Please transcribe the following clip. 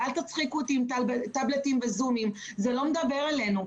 אל תצחיקו אותי עם טבלטים וזום, זה לא מדבר אלינו.